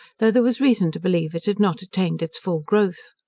though there was reason to believe it had not attained its full growth.